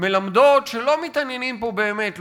מלמדות שלא מתעניינים פה באמת,